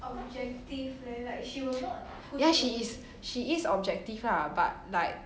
ya she is she is objective lah but like